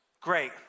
Great